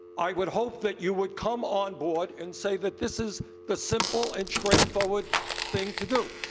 i would hope that you would come onboard and say that this is the simple and straightforward thing to do.